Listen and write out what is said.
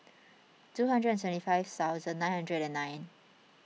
two hundred and seventy five thousand nine hundred and nine